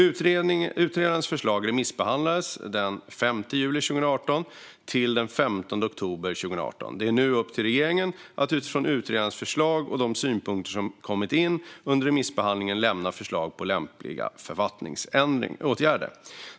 Utredarens förslag remissbehandlades från den 5 juli 2018 till den 15 oktober 2018. Det är nu upp till regeringen att utifrån utredarens förslag och de synpunkter som kommit in under remissbehandlingen lämna förslag på lämpliga författningsåtgärder.